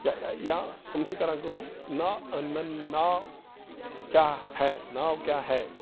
یا یا یِم چھِ کران کٲم نا ناو کیٛاہ ہے ناو کیٛاہ ہے